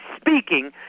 speaking